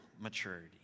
maturity